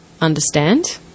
Understand